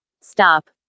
Stop